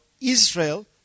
Israel